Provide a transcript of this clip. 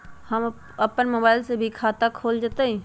अपन मोबाइल से भी खाता खोल जताईं?